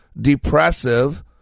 depressive